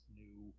new